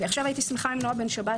הייתי שמחה עם נעה בן-שבת